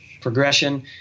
progression